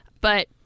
But-